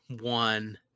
one